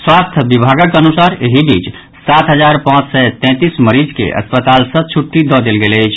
स्वास्थ्य विभागक अनुसार एहि बीच सात हजार पांच सय तैंतीस मरीज के अस्पताल सँ छुट्टी देल गेल अछि